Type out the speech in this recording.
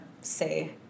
say